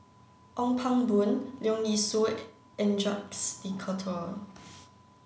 Ong Pang Boon Leong Yee Soo and Jacques De Coutre